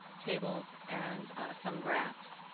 tables, and some graphs.